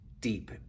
deep